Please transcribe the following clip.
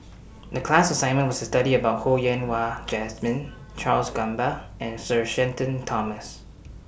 The class assignment was to study about Ho Yen Wah Jesmine Charles Gamba and Sir Shenton Thomas